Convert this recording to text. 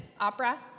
opera